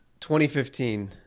2015